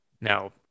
Now